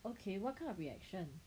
okay what kind of reaction